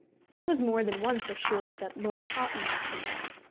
i was more than once assured that lord houghton was the man.